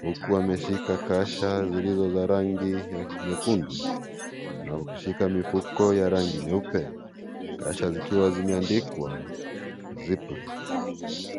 huku wameshika kasha zilizo za rangi nyekundu na kushika mifuko ya rangi nyeupe; kasha zikiwa zimeandikwa zipline .